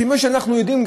כמו שאנחנו יודעים,